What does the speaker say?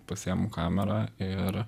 pasiimu kamerą ir